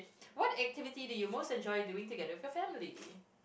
what activity do you most enjoy doing together with your family